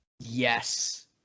yes